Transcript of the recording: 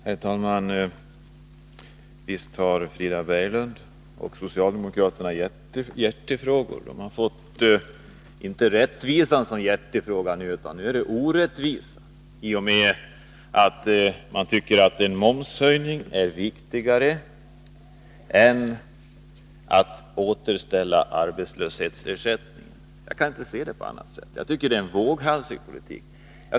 Herr talman! Visst har Frida Berglund och de andra socialdemokraterna hjärtefrågor. Hjärtefrågan är nu inte rättvisan utan orättvisan. De tycker att en momshöjning är viktigare än ett återställande av arbetslöshetsersättningen. Jag kan inte se saken på annat sätt, men tycker att det är en våghalsig politik.